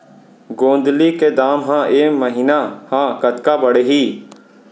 गोंदली के दाम ह ऐ महीना ह कतका बढ़ही?